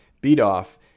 beat-off